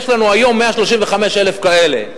יש לנו היום 135,000 כאלה,